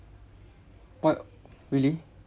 what really